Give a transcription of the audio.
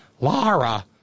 Lara